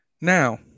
now